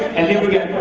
and then we'll